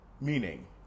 Meaning